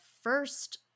first